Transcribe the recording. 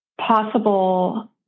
possible